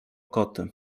koty